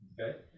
Okay